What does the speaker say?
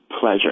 pleasure